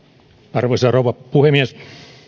arvoisa rouva puhemies